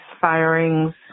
firings